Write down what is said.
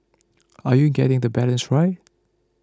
are you getting the balance right